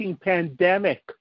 pandemic